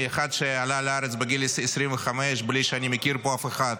אחד שעלה לארץ בגיל 25 בלי שאני מכיר פה אף אחד,